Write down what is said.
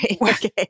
Okay